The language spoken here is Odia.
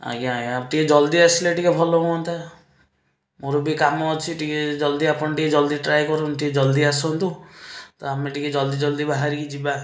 ଆଜ୍ଞା ଆଜ୍ଞା ଟିକିଏ ଜଲଦି ଆସିଲେ ଟିକିଏ ଭଲହୁଅନ୍ତା ମୋର ବି କାମ ଅଛି ଟିକିଏ ଜଲଦି ଆପଣ ଟିକିଏ ଜଲଦି ଟ୍ରାଏ କରନ୍ତୁ ଟିକିଏ ଜଲଦି ଆସନ୍ତୁ ତ ଆମେ ଟିକିଏ ଜଲଦି ଜଲଦି ବାହାରିକି ଯିବା